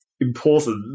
important